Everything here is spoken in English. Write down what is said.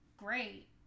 great